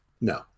No